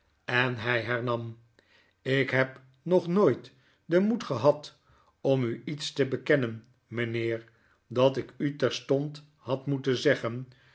en hy hernam jk heb nog nooit den moed gehad om u iets te bekennen mynheer dat ik u terstond had moeten zeggen